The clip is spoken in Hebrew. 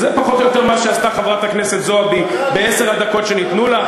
וזה פחות או יותר מה שעשתה חברת הכנסת זועבי בעשר הדקות שניתנו לה,